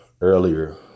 earlier